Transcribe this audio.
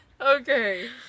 Okay